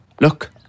look